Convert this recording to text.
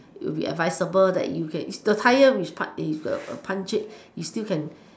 it will be advisable that you can if the tire is punctured you still can